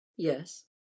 Yes